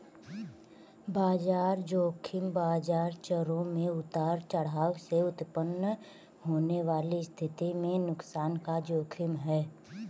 बाजार ज़ोखिम बाजार चरों में उतार चढ़ाव से उत्पन्न होने वाली स्थिति में नुकसान का जोखिम है